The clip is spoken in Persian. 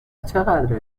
چقدر